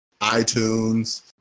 iTunes